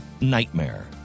nightmare